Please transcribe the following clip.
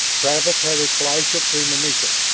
travis had a flash of premonition,